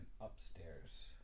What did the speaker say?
upstairs